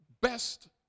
best